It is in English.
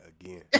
again